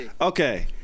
Okay